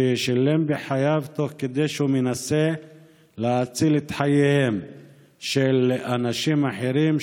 ששילם בחייו תוך כדי שהוא מנסה להציל את חייהם של אנשים אחרים,